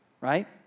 right